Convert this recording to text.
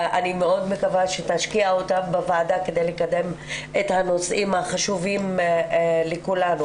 אני מאוד מקווה שתשקיע אותם בוועדה כדי לקדם את הנושאים החשובים לכולנו.